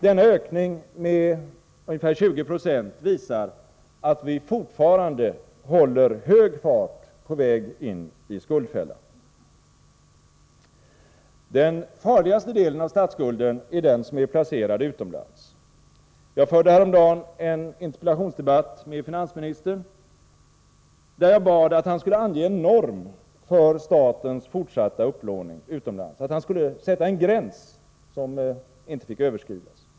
Denna ökning med ungefär 20 96 visar att vi fortfarande håller hög fart på vägen in i skuldfällan. Den farligaste delen av statsskulden är den som är placerad utomlands. Jag förde häromdagen en interpellationsdebatt med finansministern där jag bad att han skulle ange en norm för statens fortsatta upplåning utomlands, att han skulle sätta en gräns som inte fick överskridas.